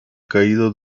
caído